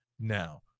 now